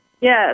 Yes